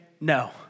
no